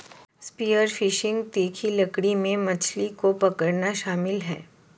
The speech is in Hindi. स्पीयर फिशिंग तीखी लकड़ी से मछली को पकड़ना शामिल है